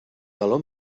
galó